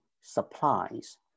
supplies